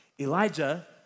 Elijah